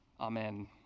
Amen